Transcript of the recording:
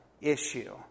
issue